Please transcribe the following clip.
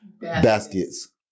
baskets